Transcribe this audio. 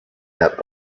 out